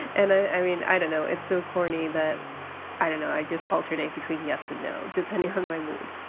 and i mean, i don't know, it! s so corny that i don't know, i just alternate between yes and no, depending on my mood.